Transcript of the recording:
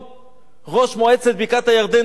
ראש מועצת בקעת-הירדן דוד אלחייני,